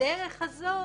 בדרך הזאת